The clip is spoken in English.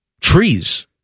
Trees